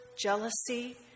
Jealousy